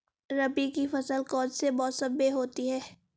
रबी की फसल कौन से मौसम में होती है?